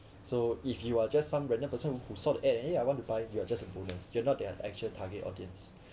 so if you are just some random person who who saw eh eh I want to buy you are just a bonus you're not their actual target audience